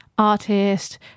artist